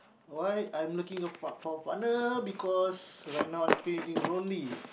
why I'm looking a for a partner because right now I feeling lonely